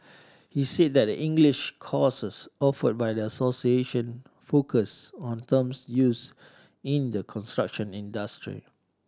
he said that the English courses offered by the association focus on terms used in the construction industry